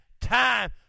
time